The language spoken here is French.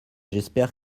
j’espère